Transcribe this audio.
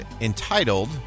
entitled